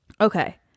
Okay